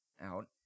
out